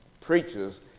preachers